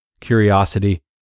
curiosity